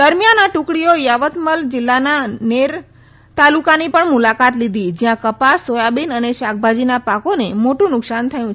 દરમિયાન આ ટુકડીઓ યાવતમલ જીલ્લાના નેર તાલુકાની પણ મુલાકાત લીધી જયાં કપાસ સોયાબીન અને શાકભાજીના પાકોને મોટુ નુકસાન થયું છે